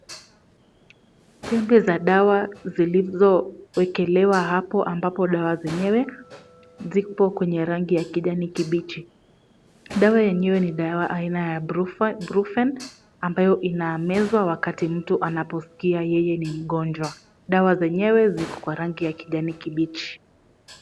Tembe za dawa zilizowekelewa hapo ambapo dawa zenyewe zipo kwenye rangi ya kijani kibichi. Dawa yenyewe ni dawa aina ya Ibuprofen, ambayo inamezwa wakati mtu anaposkia yeye ni mgonjwa. Dawa zenyewe ziko kwa rangi ya kijani kibichi.